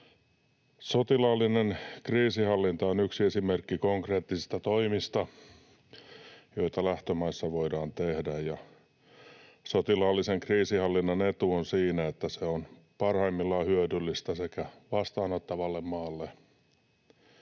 Sotilaallinen kriisinhallinta on yksi esimerkki konkreettisista toimista, joita lähtömaissa voidaan tehdä, ja sotilaallisen kriisinhallinnan etu on siinä, että se on parhaimmillaan hyödyllistä sekä vastaanottavalle maalle